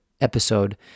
episode